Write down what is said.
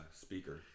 speaker